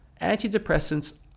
antidepressants